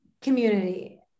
community